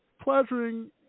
pleasuring